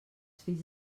fills